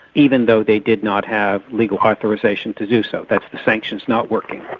even though they did not have legal authorisation to do so, that's the sanctions not working.